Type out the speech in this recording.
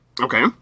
Okay